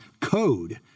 code